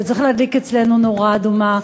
זה צריך להדליק אצלנו נורה אדומה.